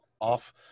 off